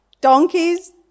donkeys